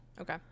okay